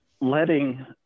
letting